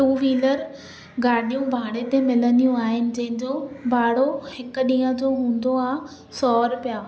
two wheeler गाॾियूं भाणे ते मिलंदियूं आहिनि जंहिंजो भाणो हिकु ॾींहुं जो हूंदो आहे सौ रुपिया